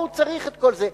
למה הוא צריך את כל זה?